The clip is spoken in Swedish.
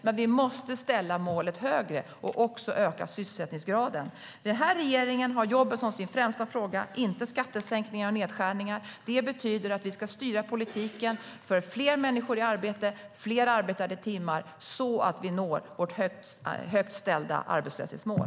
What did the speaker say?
Men vi måste ställa målet högre och också öka sysselsättningsgraden. Regeringen har jobben som sin främsta fråga, inte skattesänkningar och nedskärningar. Det betyder att vi ska styra politiken för fler människor i arbete och fler arbetade timmar så att vi når vårt högt ställda arbetslöshetsmål.